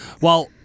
Well-